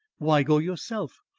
why go yourself?